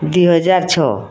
ଦୁୁଇ ହଜାର ଛଅ